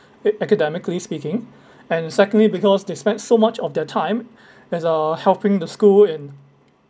i~ academically speaking and secondly because they spent so much of their time as to helping the school in